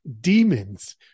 Demons